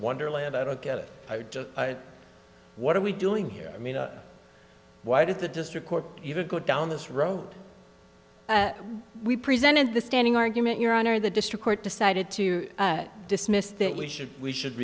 wonderland i don't get it i just what are we doing here i mean why does the district court even go down this road we presented the standing argument your honor the district court decided to dismiss that we should we should